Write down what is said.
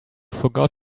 forgot